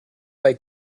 bei